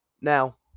Now